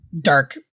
dark